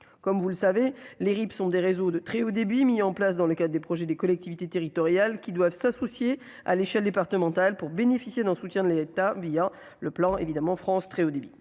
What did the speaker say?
comme vous le savez les RIB sont des réseaux de très haut débit, mis en place dans le cadre des projets des collectivités territoriales qui doivent s'associer à l'échelle départementale pour bénéficier d'un soutien de l'État via le plan évidemment France très haut débit,